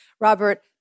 Robert